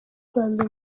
rwanda